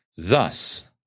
Thus